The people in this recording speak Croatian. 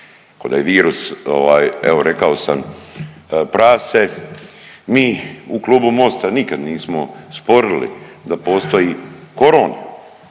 koda je virus ovaj evo rekao sam prase. Mi u Klubu Mosta nikad nismo sporili da postoji korona,